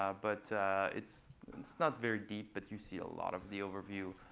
ah but it's and it's not very deep, but you see a lot of the overview.